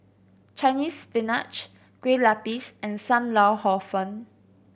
Chinese Spinach Kueh Lapis and Sam Lau Hor Fun